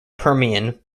permian